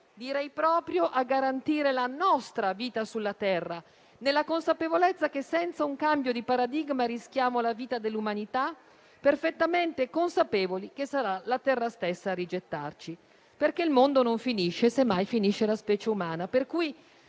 direi proprio a garantire la nostra vita sulla terra, nella consapevolezza che, senza un cambio di paradigma rischiamo la vita dell'umanità, perfettamente consapevoli che sarà la terra stessa a rigettarci, perché il mondo non finisce, semmai finisce la specie umana.